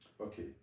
okay